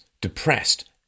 depressed